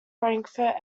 frankfurt